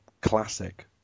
classic